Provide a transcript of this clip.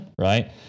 right